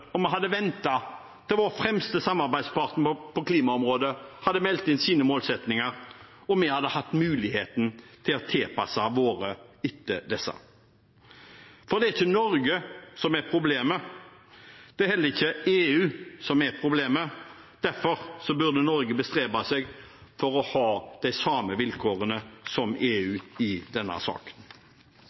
vi hadde ventet til vår fremste samarbeidspartner på klimaområdet hadde meldt inn sine målsettinger, og vi hadde hatt muligheten til å tilpasse våre etter disse? Det er ikke Norge som er problemet. Det er heller ikke EU som er problemet. Derfor burde Norge bestrebe seg på å ha de samme vilkårene som EU i denne saken.